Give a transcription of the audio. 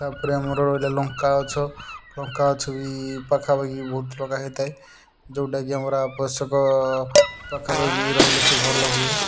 ତା'ପରେ ଆମର ରହିଲା ଲଙ୍କା ଗଛ ଲଙ୍କା ଗଛ ବି ପାଖା ପାଖି ବହୁତ ଲଗା ହୋଇଥାଏ ଯେଉଁଟା କି ଆମର ଆବଶ୍ୟକ ପାଖା ପାଖି ରହିଲେ ସେ ଭଲ ହୁଏ